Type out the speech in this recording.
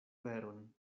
veron